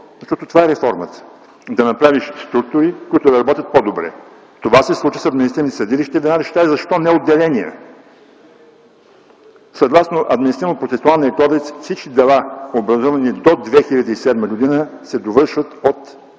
Защото това е реформата – да направиш структури, които да работят по-добре. Това се случи с административните съдилища – и веднага ще кажа, защо не отделения? Съгласно Административнопроцесуалния кодекс всички дела, образувани до 2007 г., се довършват от